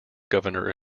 governor